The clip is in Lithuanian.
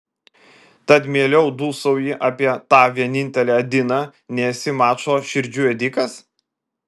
tad mieliau dūsauji apie tą vienintelę adiną nei esi mačo širdžių ėdikas